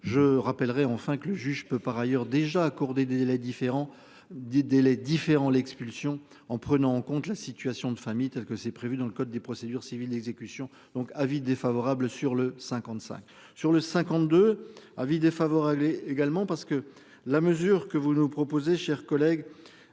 Je rappellerai enfin que le juge peut par ailleurs déjà accorder des délais différents des délais différents l'expulsion en prenant en compte la situation de famille tel que c'est prévu dans le code des procédures civiles d'exécution donc avis défavorable sur le 55 sur le 52, avis défavorable et également parce que la mesure que vous nous proposez, cher collègue.